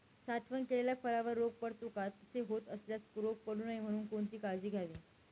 साठवण केलेल्या फळावर रोग पडतो का? तसे होत असल्यास रोग पडू नये म्हणून कोणती काळजी घ्यावी?